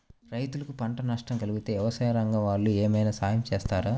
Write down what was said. రైతులకు పంట నష్టం కలిగితే వ్యవసాయ రంగం వాళ్ళు ఏమైనా సహాయం చేస్తారా?